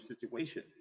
situation